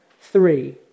three